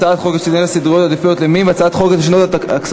הצעת חוק לשינוי סדרי עדיפויות לאומיים והצעת חוק התקציב לשנות הכספים.